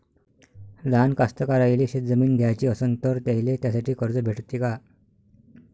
लहान कास्तकाराइले शेतजमीन घ्याची असन तर त्याईले त्यासाठी कर्ज भेटते का?